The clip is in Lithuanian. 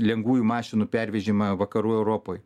lengvųjų mašinų pervežimą vakarų europoj